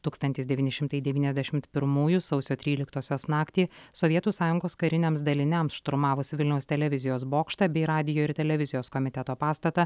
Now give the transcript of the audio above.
tūkstantis devyni šimtai devyniasdešimt pirmųjų sausio tryliktosios naktį sovietų sąjungos kariniams daliniams šturmavus vilniaus televizijos bokštą bei radijo ir televizijos komiteto pastatą